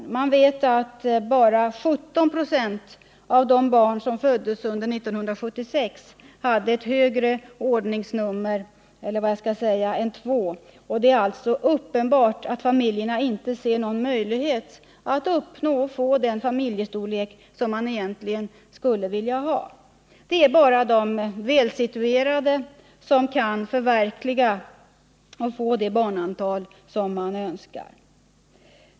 När man vet att endast 17 96 av de barn som föddes under år 1976 hade högre ordningsnummer än två, är det alltså uppenbart att familjerna inte ser någon möjlighet att uppnå den familjestorlek som de egentligen vill ha. Det är bara de välsituerade som kan förverkliga sina önskemål i fråga om barnantal.